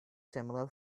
similar